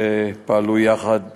שפעלו יחד